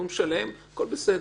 והוא משלם והכול בסדר.